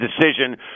decision